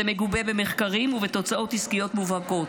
זה מגובה במחקרים ובתוצאות עסקיות מובהקות.